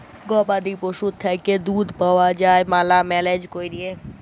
গবাদি পশুর থ্যাইকে দুহুদ পাউয়া যায় ম্যালা ম্যালেজ ক্যইরে